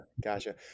Gotcha